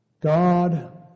God